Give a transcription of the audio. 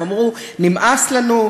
הם אמרו: נמאס לנו,